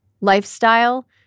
lifestyle